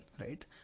right